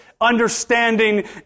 understanding